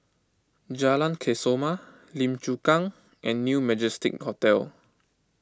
Jalan Kesoma Lim Chu Kang and New Majestic Hotel